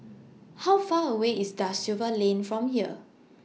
How Far away IS DA Silva Lane from here